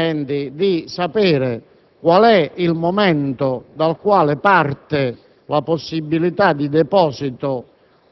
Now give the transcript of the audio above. di comportamenti, di sapere qual è il momento a partire dal quale sarà possibile il deposito